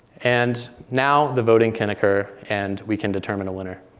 and now the voting can occur, and we can determine a winner.